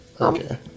Okay